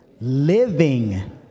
Living